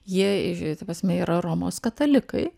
jie ta prasme yra romos katalikai